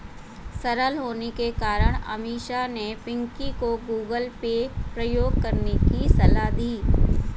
सरल होने के कारण अमीषा ने पिंकी को गूगल पे प्रयोग करने की सलाह दी